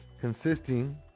Consisting